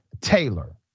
Taylor